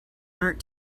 aren’t